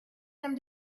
them